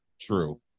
True